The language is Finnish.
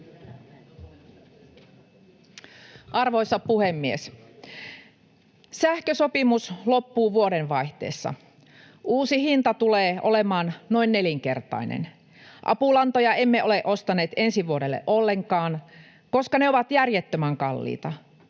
Arvoisa puhemies! "Sähkösopimus loppuu vuodenvaihteessa, uusi hinta tulee olemaan noin nelinkertainen. Apulantoja emme ole ostaneet ensi vuodelle ollenkaan, koska ne ovat järjettömän kalliita.